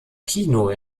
kino